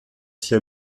s’y